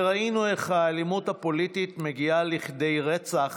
וראינו איך האלימות הפוליטית מגיעה לכדי רצח